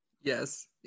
yes